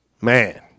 Man